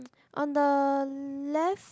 on the left